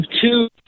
two